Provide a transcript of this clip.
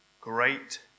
great